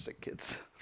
kids